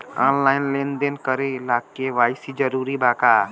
Online लेन देन करे ला के.वाइ.सी जरूरी बा का?